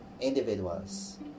individuals